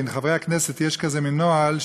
עם חברי הכנסת יש כזה מין נוהל,